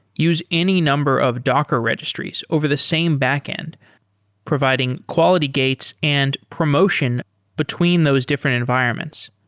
use any number of docker registries over the same backend providing quality gates and promotion between those different environments.